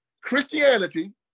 Christianity